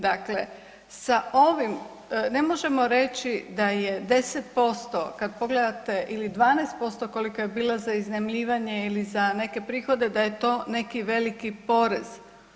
Dakle, sa ovim ne možemo reći da je 10% kad pogledate ili 12% kolika je bila za iznajmljivanje ili za neke prihode da je to neki veliki porez.